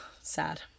Sad